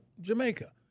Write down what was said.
Jamaica